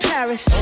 Paris